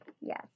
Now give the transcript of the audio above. Yes